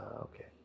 okay